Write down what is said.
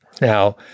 Now